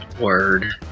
Word